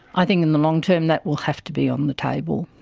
i think in the long-term that will have to be on the table.